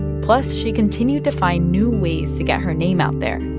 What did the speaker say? plus, she continued to find new ways to get her name out there.